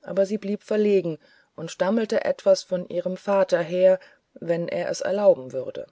aber sie blieb verlegen und stammelte etwas von ihrem vater her wenn er es erlauben würde